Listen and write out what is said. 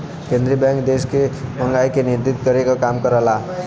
केंद्रीय बैंक देश में महंगाई के नियंत्रित करे क काम करला